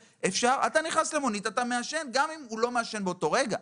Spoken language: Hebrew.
אתה נכנס למונית אז אתה מעשן גם אם הוא לא מעשן באותו רגע.